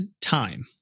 time